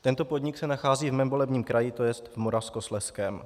Tento podnik se nachází v mém volebním kraji, tj. v Moravskoslezském.